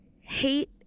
hate